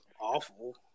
awful